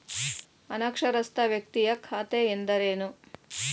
ಅನಕ್ಷರಸ್ಥ ವ್ಯಕ್ತಿಯ ಖಾತೆ ಎಂದರೇನು?